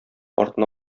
артына